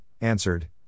answered